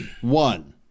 One